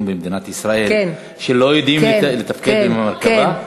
במדינת ישראל שלא יודעת איך לתפקד עם המרכב"ה?